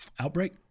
Outbreak